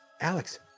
Alex